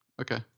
Okay